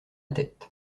tête